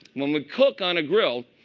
when we cook on a grill,